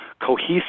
cohesive